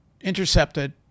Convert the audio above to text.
intercepted